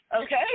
okay